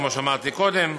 כפי שאמרתי קודם.